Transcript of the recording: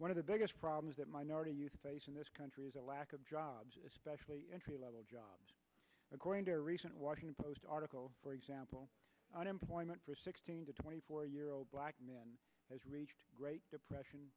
one of the biggest problems that minority youth face in this country is the lack of jobs especially entry level jobs according to a recent washington post article for example unemployment for sixteen to twenty four year old black men has reached great depression